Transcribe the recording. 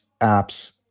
apps